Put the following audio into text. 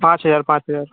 पाँच हज़ार पाँच हज़ार